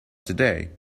today